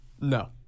No